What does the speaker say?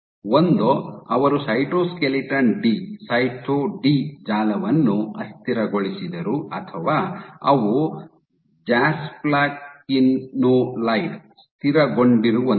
ಒಂದೋ ಅವರು ಸೈಟೋಸ್ಕೆಲಿಟನ್ ಡಿ ಸೈಟೊ ಡಿ ಜಾಲವನ್ನು ಅಸ್ಥಿರಗೊಳಿಸಿದರು ಅಥವಾ ಅವು ಜಾಸ್ಪ್ಲಾಕಿನೊಲೈಡ್ ನೊಂದಿಗೆ ಸ್ಥಿರಗೊಂಡಿರುವಂಥವು